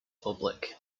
public